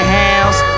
house